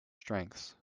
strengths